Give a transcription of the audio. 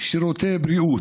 שירותי בריאות,